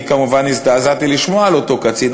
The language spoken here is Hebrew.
כמובן הזדעזעתי לשמוע על אותו קצין,